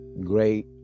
great